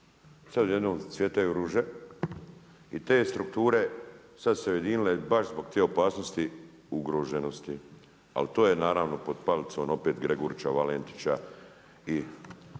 sad odjednom cvjetaju ruže i te strukture sad su se ujedinile baš zbog te opasnosti ugroženosti, ali to je naravno pod palicom opet Gregurića, Valentića i